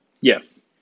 Yes